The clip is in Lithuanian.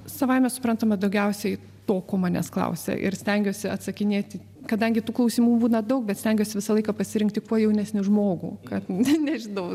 savaime suprantama daugiausiai to ko manęs klausia ir stengiuosi atsakinėti kadangi tų klausimų būna daug bet stengiuosi visą laiką pasirinkti kuo jaunesnį žmogų kad ne nežinau